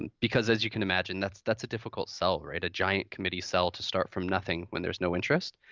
and because as you can imagine, that's that's a difficult sell, right, a giant committee sell to start from nothing when there's no interest.